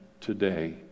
today